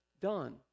done